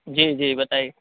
جی جی بتائیے